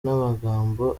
n’amagambo